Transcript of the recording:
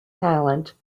talent